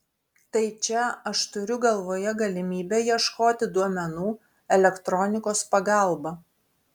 tai čia aš turiu galvoje galimybę ieškoti duomenų elektronikos pagalba